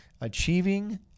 Achieving